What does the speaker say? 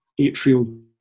atrial